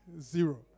Zero